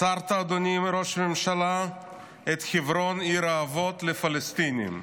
מסרת את חברון, עיר האבות, לפלסטינים,